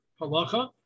halacha